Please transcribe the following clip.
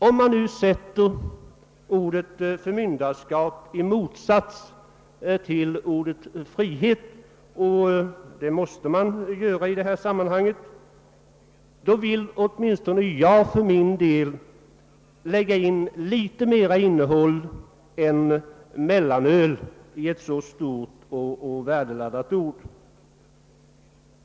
Om man nu sätter ordet »förmynderskap» i motsats till ordet »frihet» — och det måste man göra i detta sammanhang — vill åtminstone jag lägga in litet mer innehåll än detta om mellanöl i ett så stort och värdeladdat ord.